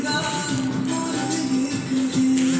डाक विभाग अठारह सय अस्सी मे मनीऑर्डर सेवा शुरू कयने रहै